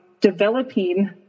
developing